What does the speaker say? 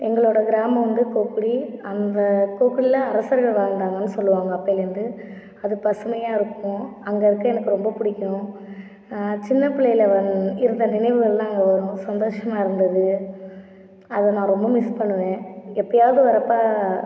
எங்களோடய கிராமம் வந்து போர்க்குடி அந்த போர்க்குடியில் அரசர்கள் வாழ்ந்தாங்கனு சொல்லுவாங்கள் அப்பொழுந்து அது பசுமையாயிருக்கும் அங்கே இருக்க எனக்கு ரொம்ப பிடிக்கும் சின்னபிள்ளையில வர இருந்த நினைவுகளெலாம் அங்கே வரும் சந்தோசமாக இருந்தது அதை நான் ரொம்ப மிஸ் பண்ணுவேன் எப்போயாவது வரப்போ